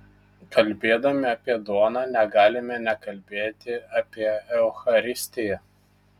kalbėdami apie duoną negalime nekalbėti apie eucharistiją